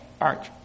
arch